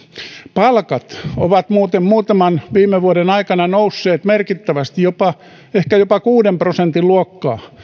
palkat ovat muuten muutaman viime vuoden aikana nousseet merkittävästi ehkä jopa kuuden prosentin luokkaa